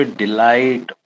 delight